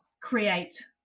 create